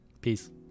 Peace